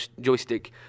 Joystick